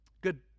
Good